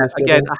Again